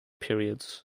periods